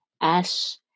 Ash